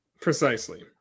Precisely